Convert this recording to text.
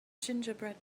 gingerbread